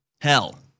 hell